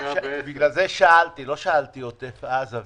בגלל זה שאלתי על אילת ולא על עוטף עזה.